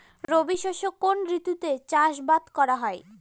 রবি শস্য কোন ঋতুতে চাষাবাদ করা হয়?